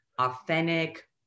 authentic